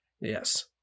Yes